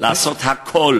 לעשות הכול,